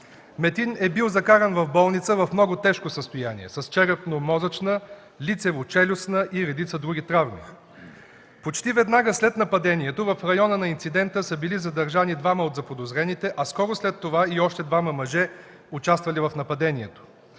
Метин е бил закаран в болница в много тежко състояние – с черепно-мозъчна, лицево-челюстна и редица други травми. Почти веднага след нападението в района на инцидента са били задържани двама от заподозрените, а скоро след това и още двама мъже, участвали в нападението.